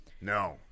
No